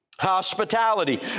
Hospitality